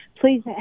please